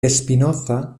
espinoza